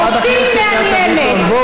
חברת הכנסת שאשא ביטון.